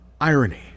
Irony